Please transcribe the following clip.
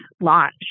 launch